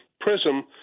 prism